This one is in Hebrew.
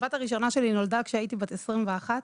הבת הראשונה שלי נולדה כשהייתי בת 21,